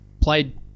played